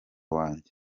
wanjye